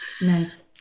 Nice